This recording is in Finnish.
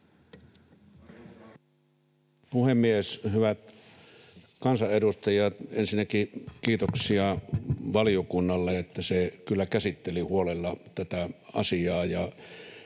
puhemies, hyvät kansanedustajat! Ensinnäkin kiitoksia valiokunnalle, että se kyllä käsitteli huolella tätä asiaa,